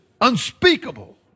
unspeakable